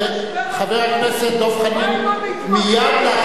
מה עם, חבר הכנסת דב חנין, מייד לאחר,